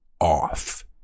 off